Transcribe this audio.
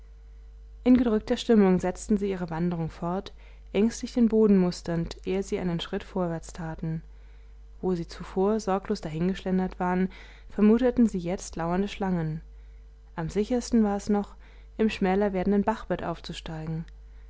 in gedrückter stimmung setzten sie ihre wanderung fort ängstlich den boden musternd ehe sie einen schritt vorwärts taten wo sie zuvor sorglos dahingeschlendert waren vermuteten sie jetzt lauernde schlangen am sichersten war es noch im schmäler werdenden bachbett aufzusteigen